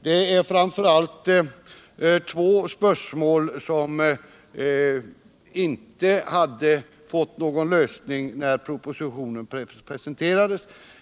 Det är framför allt två spörsmål som inte hade fått någon lösning när propositionen presenterades.